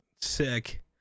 Sick